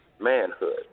manhood